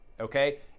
okay